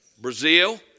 Brazil